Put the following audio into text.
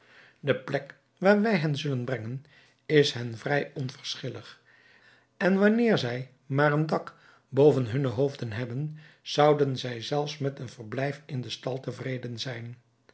de plek waar wij hen zullen brengen is hen vrij onverschillig en wanneer zij maar een dak boven hunne hoofden hebben zouden zij zelfs met een verblijf in den stal tevreden zijn